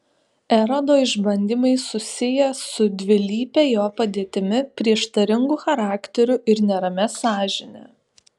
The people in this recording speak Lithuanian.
erodo išbandymai susiję su dvilype jo padėtimi prieštaringu charakteriu ir neramia sąžinę